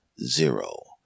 Zero